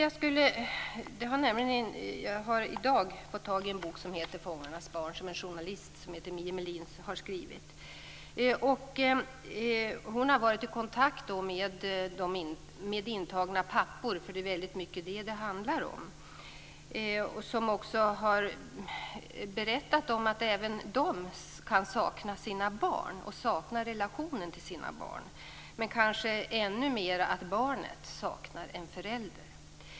Jag fick i dag tag på en bok, Fångarnas barn, som journalisten Mie Melin har skrivit. Hon har varit i kontakt med intagna pappor - det är väldigt mycket det som det handlar om - som har berättat att även de kan sakna sina barn och relationen till dessa. Men kanske är det så att barnen ännu mera saknar en förälder.